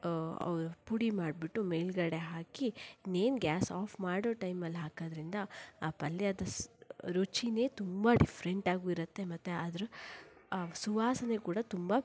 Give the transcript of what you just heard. ಪುಡಿ ಮಾಡಿಬಿಟ್ಟು ಮೇಲುಗಡೆ ಹಾಕಿ ಇನ್ನೇನು ಗ್ಯಾಸ್ ಆಫ್ ಮಾಡೋ ಟೈಮಲ್ಲಿ ಹಾಕೋದ್ರಿಂದ ಆ ಪಲ್ಯದ ರುಚಿಯೇ ತುಂಬ ಡಿಫ್ರೆಂಟಾಗೂ ಇರುತ್ತೆ ಮತ್ತು ಅದರ ಸುವಾಸನೆ ಕೂಡ ತುಂಬ